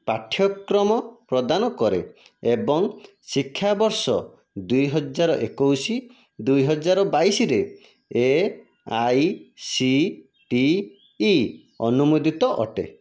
ପାଠ୍ୟକ୍ରମ ପ୍ରଦାନ କରେ ଏବଂ ଶିକ୍ଷାବର୍ଷ ଦୁଇହଜାର ଏକୋଇଶ ଦୁଇହଜାର ବାଇଶରେ A I C T E ଅନୁମୋଦିତ ଅଟେ